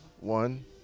One